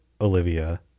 Olivia